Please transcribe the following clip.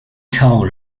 toll